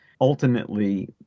ultimately